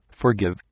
forgive